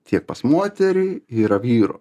tiek pas moterį yra vyrų